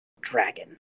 dragon